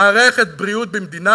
מערכת בריאות במדינה,